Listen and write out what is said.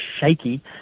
shaky